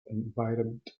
environment